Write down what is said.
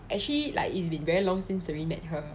so actually like it's been very long since we met her